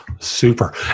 Super